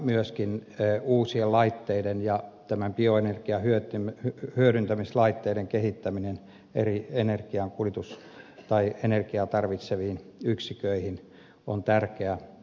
myöskin uusien laitteiden ja tämän bioenergian hyödyntämislaitteiden kehittäminen eri energiankuljetus tai energiaa tarvitseviin yksiköihin on tärkeä osa